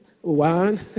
one